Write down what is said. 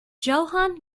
johann